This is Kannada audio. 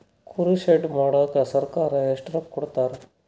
ಕುರಿ ಶೆಡ್ ಮಾಡಕ ಸರ್ಕಾರ ಎಷ್ಟು ರೊಕ್ಕ ಕೊಡ್ತಾರ?